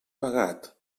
pagat